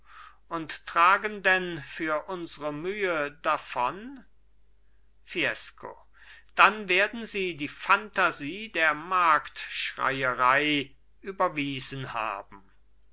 und tragen denn für unsre mühe davon fiesco dann werden sie die phantasie der marktschreierei überwiesen haben